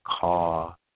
car